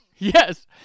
Yes